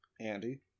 Andy